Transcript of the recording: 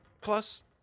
Plus